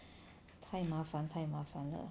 太麻烦太麻烦了